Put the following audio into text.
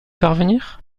parvenir